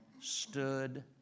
stood